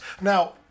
now